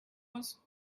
was